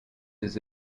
his